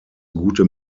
gute